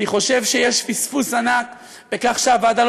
אני חושב שיש פספוס ענק בכך שהוועדה לא